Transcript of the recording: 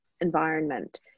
environment